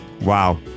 Wow